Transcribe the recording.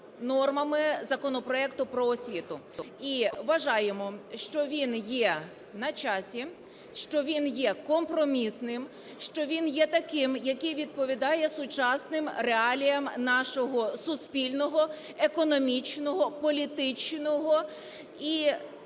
нормами законопроекту про освіту. І вважаємо, що він є на часі, що він є компромісним, що він є таким, який відповідає сучасним реаліям нашого суспільного, економічного, політичного і